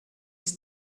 his